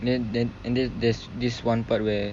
then then and then there's this one part where